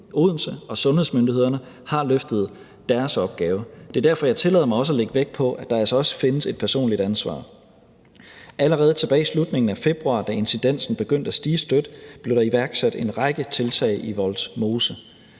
Odense, og sundhedsmyndighederne har løftet deres opgave. Det er derfor, jeg også tillader mig at lægge vægt på, at der altså også findes et personligt ansvar. Allerede tilbage i slutningen af februar, da incidensen begyndte at stige stødt, blev der iværksat en række tiltag i Vollsmose,